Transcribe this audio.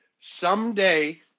Someday